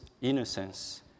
innocence